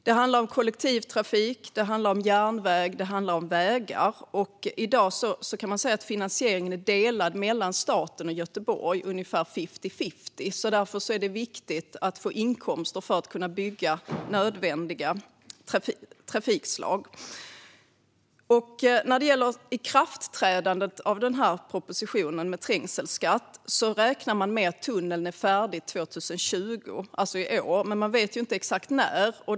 Det handlar om kollektivtrafik, järnväg och vägar. I dag är finansieringen delad mellan staten och Göteborg, ungefär fifty-fifty. Därför är det viktigt att få inkomster för att bygga nödvändiga trafikslag. När det gäller ikraftträdandet räknar man med att tunneln är färdig 2020, alltså i år, men man vet inte exakt när.